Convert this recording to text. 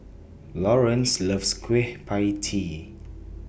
Laurance loves Kueh PIE Tee